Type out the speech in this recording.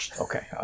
Okay